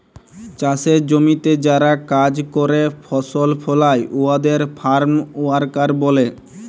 চাষের জমিতে যারা কাজ ক্যরে ফসল ফলায় উয়াদের ফার্ম ওয়ার্কার ব্যলে